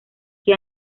que